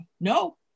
No